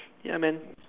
ya man